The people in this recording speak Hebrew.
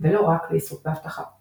ולא רק לעיסוק באבטחה.